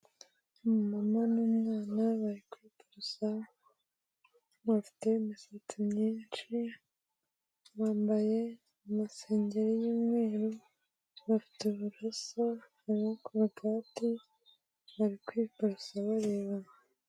Umumama n'umwana bari kw'iborosa, bafite imisatsi myinshi bambaye amasengeri y'umweru, bafite uburoso harimo korogate bari kw'iborosa barebana.